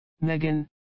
Megan